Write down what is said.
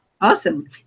Awesome